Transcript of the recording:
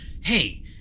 hey